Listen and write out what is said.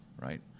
right